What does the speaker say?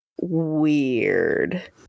weird